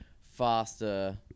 faster